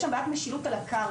יש שם בעיית משילות על הקרקע,